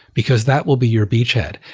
because that will be your beachhead,